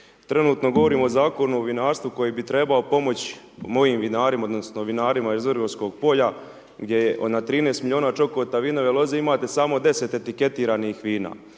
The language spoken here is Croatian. Trenutno govorim o Zakonu o vinarstvu koji bi trebalo pomoć mojim vinarima odnosno vinarima iz vrgorskog polja gdje je na 13 milijuna čokota vinove loze imate samo 10 etiketiranih vina.